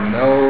no